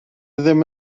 ddim